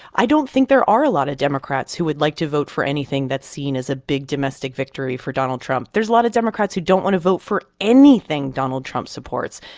i don't think there are a lot of democrats who would like to vote for anything that's seen as a big domestic victory for donald trump. there's a lot of democrats who don't want to vote for anything donald trump supports.